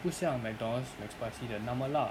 不像 McDonald's mcspicy 的那么辣